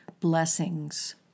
blessings